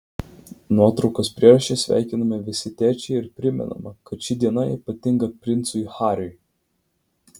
nuotraukos prieraše sveikinami visi tėčiai ir primenama kad ši diena ypatinga princui hariui